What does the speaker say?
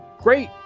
Great